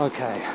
Okay